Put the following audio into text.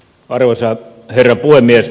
arvoisa herra puhemies